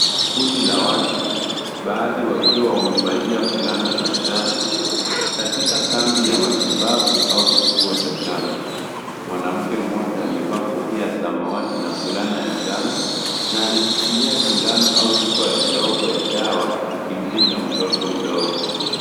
Kundi la watu. Baadhi wakiwa wamevalia fulana za njano. Katika kambi ya matibabu au kituo cha chanjo. Mwanamke mmoja, amevaa kofia samawati na fulana ya manjano na anashikilia sindano au chupa ndogo ya dawa akimlisha mtoto mdogo.